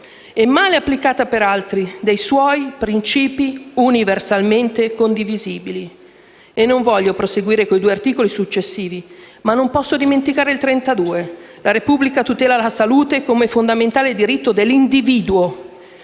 e male applicata in altri dei suoi principi universalmente condivisibili. E non voglio proseguire con i due articoli successivi, ma non posso dimenticare l'articolo 32: «La Repubblica tutela la salute come fondamentale diritto dell'individuo